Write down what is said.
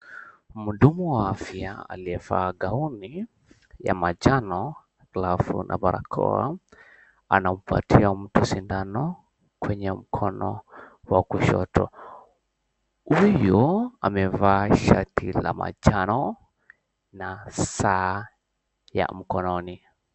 Mhudumu wa afya aliyevaa gauni ya manjano alafu na barakoa anampatia mtu sindano kwenye mkono wa kushoto. Huyu amevaa shati la manjano na saa ya mkononi.